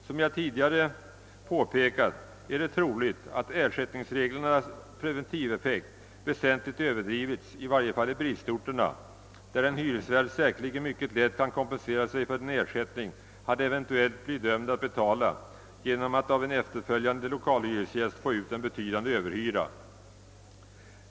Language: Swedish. Som jag tidigare påpekat är det troligt, att ersättningsreglernas preventiveffekt väsentligt överdrivits, i varje fall i bristorterna, där en hyresvärd säkerligen mycket lätt kan kompensera sig för den ersättning han eventuellt blir dömd att betala genom att av en efterföljande lokalhyresgäst få ut en betydande överhyra.